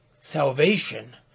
Salvation